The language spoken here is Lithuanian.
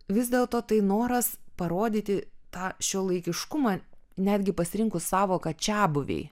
vis dėlto tai noras parodyti tą šiuolaikiškumą netgi pasirinkus sąvoką čiabuviai